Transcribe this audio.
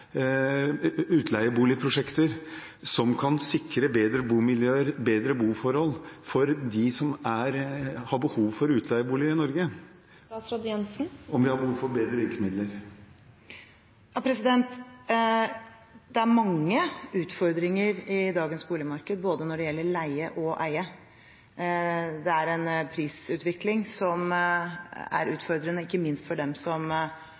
utleieboligprosjekter som kan sikre bedre bomiljø og bedre boforhold for dem som har behov for utleieboliger i Norge, og om vi har behov for bedre virkemidler. Det er mange utfordringer i dagens boligmarked når det gjelder både leie og eie. Det er en prisutvikling som er utfordrende ikke minst for dem som